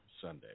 Sunday